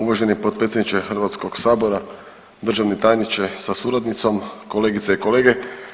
Uvaženi potpredsjedniče Hrvatskog sabora, državni tajniče sa suradnicom, kolegice i kolege.